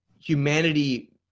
humanity